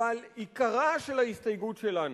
אבל עיקרה של ההסתייגות שלנו,